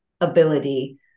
ability